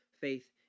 Faith